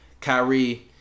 Kyrie